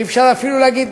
אי-אפשר אפילו להגיד,